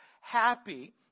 Happy